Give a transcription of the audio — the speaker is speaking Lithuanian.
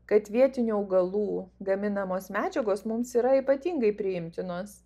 kad vietinių augalų gaminamos medžiagos mums yra ypatingai priimtinos